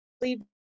leave